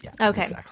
Okay